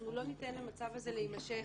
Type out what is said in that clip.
אנחנו לא ניתן למצב הזה להימשך.